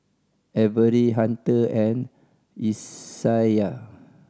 Avery Hunter and Isaiah